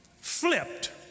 flipped